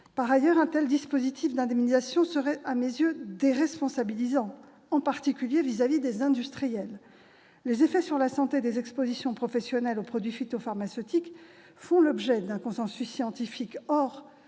Par ailleurs, un tel dispositif d'indemnisation serait, à mes yeux, déresponsabilisant, en particulier vis-à-vis des industriels. Les effets sur la santé des expositions professionnelles aux produits phytopharmaceutiques font l'objet d'un consensus scientifique. Or